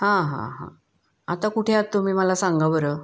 हां हां हां आता कुठे आत तुम्ही मला सांगा बरं